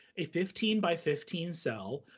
a fifteen by fifteen cell,